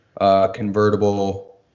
convertible